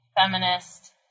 feminist